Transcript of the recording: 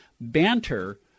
banter